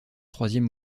troisième